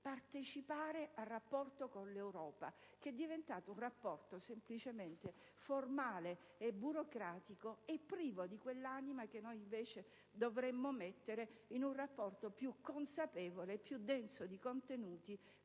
partecipare al rapporto con l'Europa, che è diventato un rapporto semplicemente formale e burocratico, privo di quell'anima che noi, invece, dovremmo mettere in un rapporto più consapevole e denso di contenuti